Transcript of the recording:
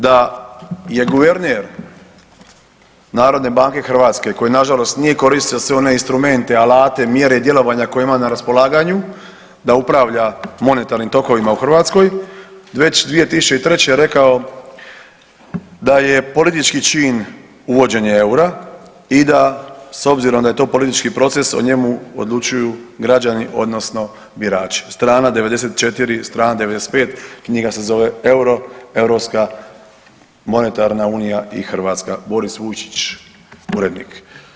Da je guverner narodne banke Hrvatske koji nažalost nije koristio sve one instrumente, alate, mjere i djelovanja koje je imao na raspolaganju da upravlja monetarnim tokovima u Hrvatskoj već 2003. rekao da je politički čin uvođenje eura i da s obzirom da je to politički proces, o njemu odlučuju građani odnosno birači, strana 94, strana 95, knjiga se zove Euro – Europska monetarna unija i Hrvatska, Boris Vujčić, urednik.